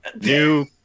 New